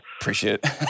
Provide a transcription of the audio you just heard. Appreciate